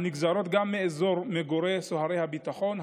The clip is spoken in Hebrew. הנגזרות גם מאזור מגורי סוהרי הביטחון,